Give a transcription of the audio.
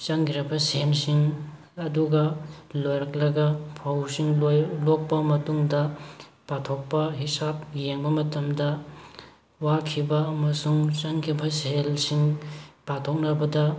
ꯆꯪꯈ꯭ꯔꯤꯕ ꯁꯦꯜꯁꯤꯡ ꯑꯗꯨꯒ ꯂꯣꯏꯔꯛꯂꯒ ꯐꯧꯁꯤꯡ ꯂꯣꯛꯄ ꯃꯇꯨꯡꯗ ꯄꯥꯊꯣꯛꯄ ꯍꯤꯁꯥꯞ ꯌꯦꯡꯕ ꯃꯇꯝꯗ ꯋꯥꯈꯤꯕ ꯑꯃꯁꯨꯡ ꯆꯪꯈꯤꯕ ꯁꯦꯜꯁꯤꯡ ꯄꯥꯊꯣꯛꯅꯕꯗ